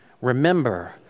remember